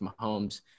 Mahomes